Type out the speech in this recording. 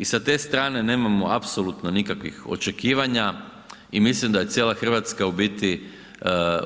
I sa te strane nemamo apsolutno nikakvih očekivanja i mislim da je cijela RH u biti